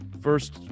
first